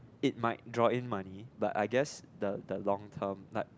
it might draw in money but I guess the the long term